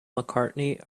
mccartney